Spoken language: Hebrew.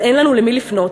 אבל אין לנו למי לפנות,